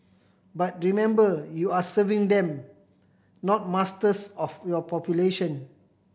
but remember you are serving them not masters of your population